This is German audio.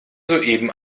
soeben